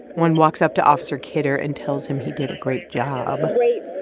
one walks up to officer kidder and tells him he did a great job great,